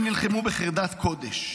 הם נלחמו בחרדת קודש